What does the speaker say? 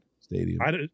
Stadium